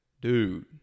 dude